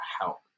help